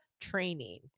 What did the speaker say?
training